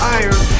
iron